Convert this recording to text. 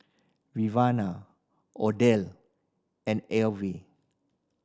Odell and Elvie